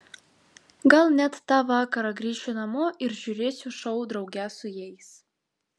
gal net tą vakarą grįšiu namo ir žiūrėsiu šou drauge su jais